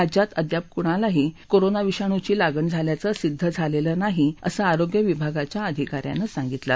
राज्यात अद्याप कुणालाही कोरोना विषाणूची लागण झाल्याचं सिद्ध झालेलं नाही असं आरोग्य विभागाच्या अधिका यांनी सांगितलं